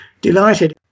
delighted